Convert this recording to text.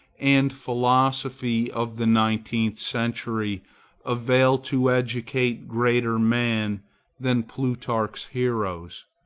and philosophy of the nineteenth century avail to educate greater men than plutarch's heroes,